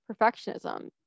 perfectionism